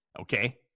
okay